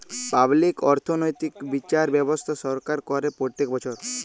public অর্থনৈতিক্যে বিচার ব্যবস্থা সরকার করে প্রত্যক বচ্ছর